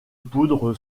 poudre